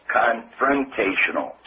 confrontational